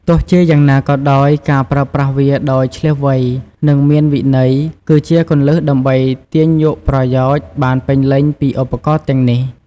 ទោះជាយ៉ាងណាក៏ដោយ ការប្រើប្រាស់វាដោយឈ្លាសវៃ និងមានវិន័យ គឺជាគន្លឹះដើម្បីទាញយកប្រយោជន៍បានពេញលេញពីឧបករណ៍ទាំងនេះ។